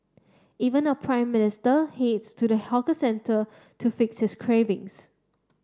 even our Prime Minister heats to the hawker centre to fix his cravings